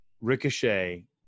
Ricochet